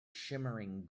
shimmering